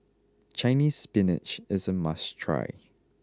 Chinese spinach is a must try